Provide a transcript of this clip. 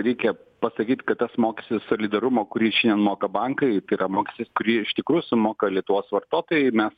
reikia pasakyt kada mokestis solidarumo kurį šiandien moka bankai tai yra mokestis kurį iš tikrųjų sumoka lietuvos vartotojai mes